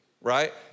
Right